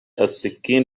السكين